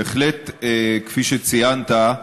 בהחלט, כפי שציינת,